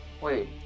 Wait